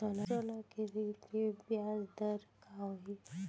सोना के ऋण के ब्याज दर का होही?